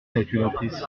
calculatrice